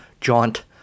jaunt